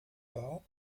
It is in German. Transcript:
war